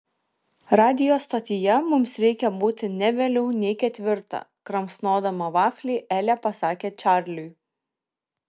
radijo stotyje mums reikia būti ne vėliau nei ketvirtą kramsnodama vaflį elė pasakė čarliui